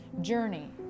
journey